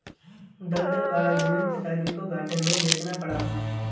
दलदल वाला जमीन पिताजी को घाटे में बेचना पड़ा